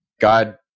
God